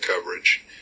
coverage